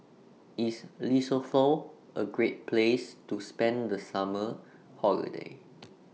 IS Lesotho A Great Place to spend The Summer Holiday